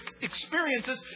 experiences